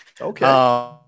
okay